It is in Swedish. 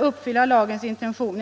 uppfylla lagens intentioner.